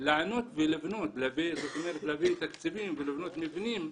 להביא תקציבים ולבנות מבנים.